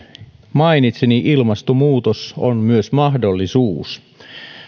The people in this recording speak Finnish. mainitsi ilmastonmuutos on myös mahdollisuus